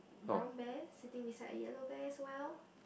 brown bear sitting beside a yellow bear as well